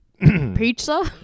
Pizza